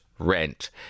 rent